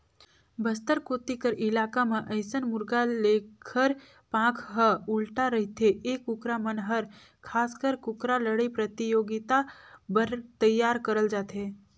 बस्तर कोती कर इलाका म अइसन मुरगा लेखर पांख ह उल्टा रहिथे ए कुकरा मन हर खासकर कुकरा लड़ई परतियोगिता बर तइयार करल जाथे